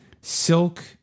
silk